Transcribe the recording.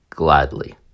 Gladly